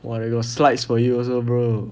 !wah! they got slides for you also bro